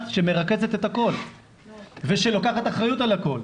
שמרכזת את הכול ושלוקחת אחריות על הכול.